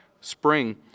spring